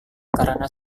karena